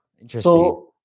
Interesting